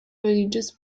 religious